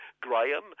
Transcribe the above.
Graham